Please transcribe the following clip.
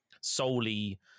Solely